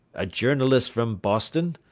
a journalist from boston,